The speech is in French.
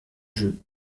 jeu